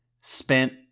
spent